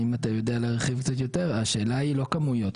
אולי אתה יודע להרחיב קצת יותר היא שהשאלה היא לא כמויות.